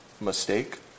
mistake